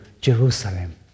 Jerusalem